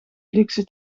luxe